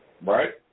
Right